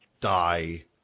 die